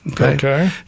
okay